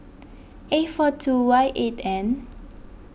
A four two Y eight N